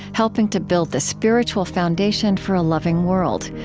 helping to build the spiritual foundation for a loving world.